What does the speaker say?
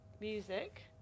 music